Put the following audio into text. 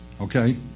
Okay